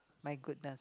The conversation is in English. my goodness